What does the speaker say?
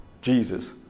Jesus